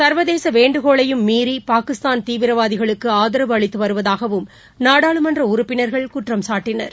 சா்வதேச வேண்டுகோளையும் மீறி பாகிஸ்தான் தீவிரவாதிகளுக்கு ஆதரவு அளித்து வருவதாகவும் நாடாளுமன்ற உறுப்பினர்கள் குற்றம்சாட்டினர்